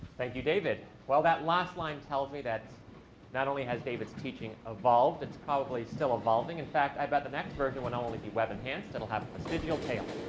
thank you, david. well, that last line tells me that not only has david's teaching evolved, it's probably still evolving. in fact, i bet the next version will not only be web enhanced, it'll have a vestigial tail.